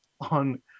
on